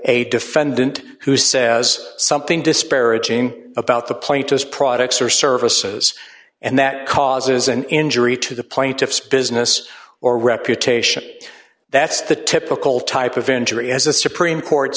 a defendant who says something disparaging about the plaintiff products or services and that causes an injury to the plaintiff's business or reputation that's the typical type of injury as the supreme court